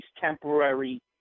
temporary